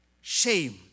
shame